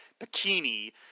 bikini